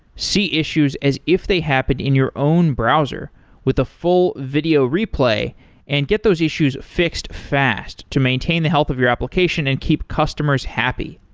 see issues as if they happened in your own browser with a full video replay and get those issues fixed fast to maintain the health of your application and keep customers happy.